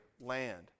land